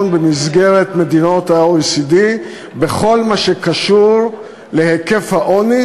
במסגרת מדינות ה-OECD בכל מה שקשור להיקף העוני,